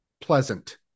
pleasant